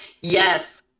Yes